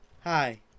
Hi